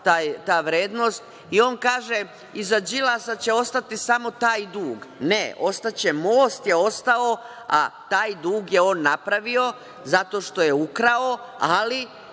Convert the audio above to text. ta vrednost i on kaže - iza Đilasa će ostati samo taj dug. Ne, ostaće, most je ostao, a taj dug je on napravio zato što je ukrao, ali